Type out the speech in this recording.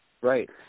Right